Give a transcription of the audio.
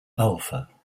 alpha